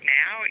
now